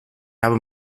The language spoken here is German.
habe